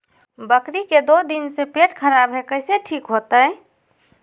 बकरी के दू दिन से पेट खराब है, कैसे ठीक होतैय?